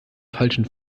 falschen